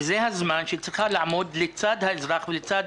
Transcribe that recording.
וזה הזמן שהיא צריכה לעמוד לצד האזרח ולצד